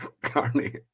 Carney